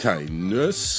Kindness